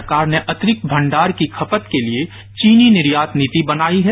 सरकार ने अतिरिक्त भंडार की खपत के लिए चीनी निर्यात नीति बनाई है